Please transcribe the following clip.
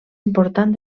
important